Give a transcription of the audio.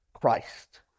Christ